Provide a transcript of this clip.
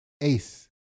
ace